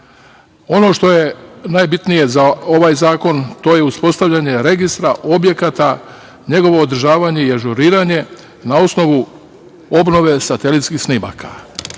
Ono što je najbitnije za ovaj zakon, to je uspostavljanje registra objekata, njegovo održavanje i ažuriranje, na osnovu obnove satelitskih snimaka. To